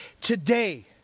Today